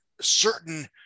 certain